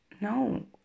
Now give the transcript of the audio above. no